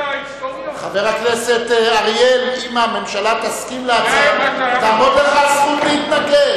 לבדה נקט המשרד להגנת הסביבה 230 צעדי אכיפה נגד רשויות בתוך ישראל.